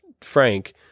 Frank